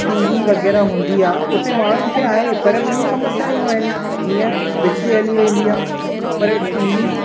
TV वगै़रह हूंदी आहे उते माण्हूनि खे आहे पर बि॒यूं समस्याऊं आहिनि जीअं बिजली हली वेंदी आहे पर टीवी